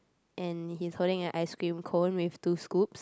and he's holding a ice cream cone with two scoops